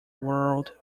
world